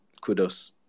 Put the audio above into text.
kudos